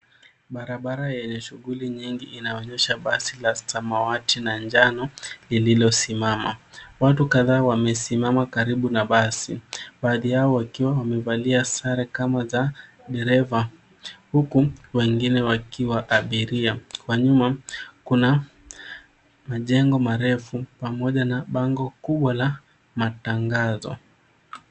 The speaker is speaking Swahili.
Barabara yenye shughuli nyingi inaonyesha basi la samawati na njano lililosimama. Watu kadhaa wamesimama karibu na basi. Baadhi yao wakiwa wamevalia sare kama za dereva, huku wengine wakiwa abiria. Kwa nyuma kuna majengo marefu pamoja na bango kubwa la matangazo.